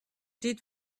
did